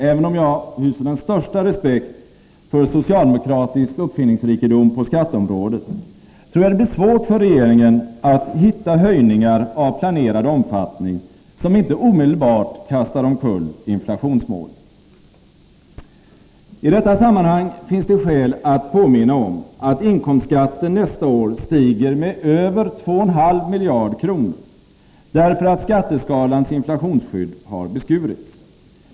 Även om jag hyser den största respekt för socialdemokratisk uppfinningsrikedom på skatteområdet, tror jag det blir svårt för regeringen att hitta höjningar av planerad omfattning, som inte omedelbart kastar omkull inflationsmålet. I detta sammanhang finns det skäl att påminna om att inkomstskatten nästa år stiger med över 2,5 miljarder kronor, därför att skatteskalans inflationsskydd har beskurits.